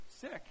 sick